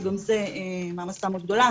שגם זה מעמסה מאוד גדולה,